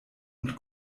und